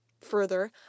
Further